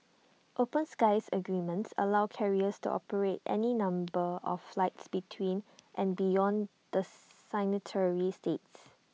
open skies agreements allow carriers to operate any number of flights between and beyond the signatory states